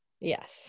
Yes